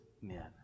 men